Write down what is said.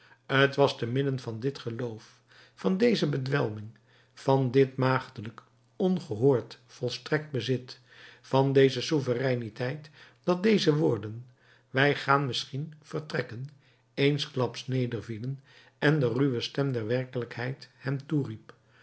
t was te midden van dit geloof van deze bedwelming van dit maagdelijk ongehoord volstrekt bezit van deze souvereiniteit dat deze woorden wij gaan misschien vertrekken eensklaps nedervielen en de ruwe stem der werkelijkheid hem toeriep